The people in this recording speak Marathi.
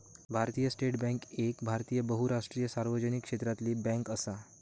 भारतीय स्टेट बॅन्क एक भारतीय बहुराष्ट्रीय सार्वजनिक क्षेत्रातली बॅन्क असा